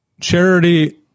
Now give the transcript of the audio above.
Charity